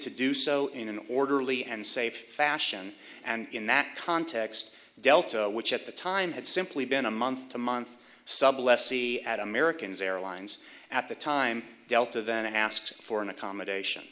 to do so in an orderly and safe fashion and in that context delta which at the time had simply been a month to month sub alessi at americans airlines at the time delta then asked for an accommodation